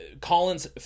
Collins